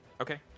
Okay